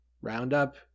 roundup